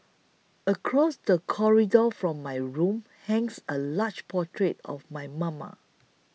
across the corridor from my room hangs a large portrait of my mama